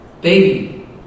baby